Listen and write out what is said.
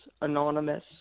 anonymous